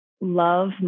love